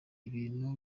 ibintu